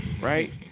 right